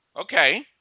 Okay